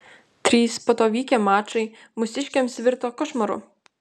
trys po to vykę mačai mūsiškiams virto košmaru